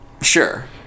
Sure